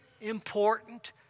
important